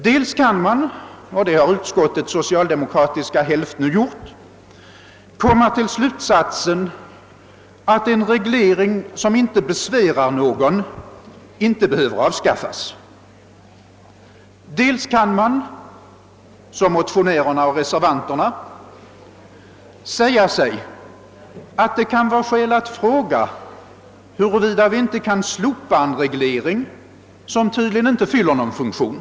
Dels kan man — och det har utskottets socialdemokratiska hälft nu gjort — komma till den slutsatsen att en reglering som inte besvärar någon inte behöver avskaffas, dels kan man, såsom motionärerna och reservanterna gjort, säga sig att det kan vara skäl att fråga huruvida vi inte kan slopa en reglering som tydligen inte fyller någon funktion.